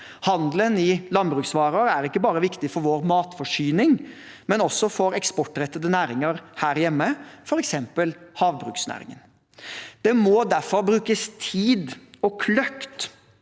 Handelen i landbruksvarer er ikke bare viktig for vår matforsyning, men også for eksportrettede næringer her hjemme, f.eks. havbruksnæringen. Det må derfor brukes tid og kløkt